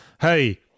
hey